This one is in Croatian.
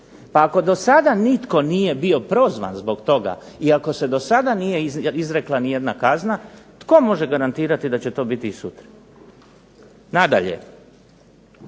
Pa ako do sada nitko nije bio prozvan zbog toga i ako se do sada nije izrekla nijedna kazna, tko može garantirati da će to biti i sutra? Nadalje.